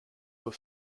were